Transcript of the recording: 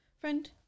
friend